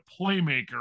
playmaker